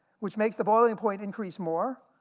which makes the boiling point increase more,